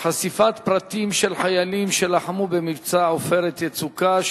חשיפת פרטים של חיילים שלחמו במבצע "עופרת יצוקה",